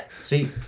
See